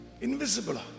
invisible